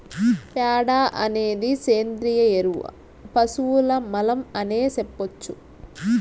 ప్యాడ అనేది సేంద్రియ ఎరువు పశువుల మలం అనే సెప్పొచ్చు